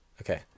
okay